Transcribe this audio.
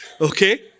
okay